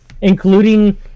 Including